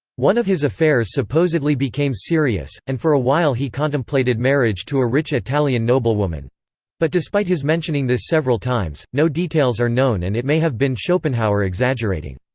one of his affairs supposedly became serious, and for a while he contemplated marriage to a rich italian noblewoman but despite his mentioning this several times, no details are known and it may have been schopenhauer exaggerating.